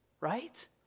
Right